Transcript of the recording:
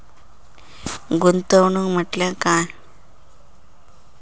गुंतवणूक म्हटल्या काय?